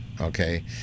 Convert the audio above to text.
Okay